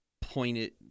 pointed